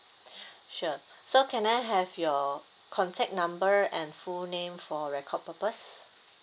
sure so can I have your contact number and full name for record purposes